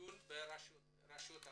דיון ברשויות המקומיות.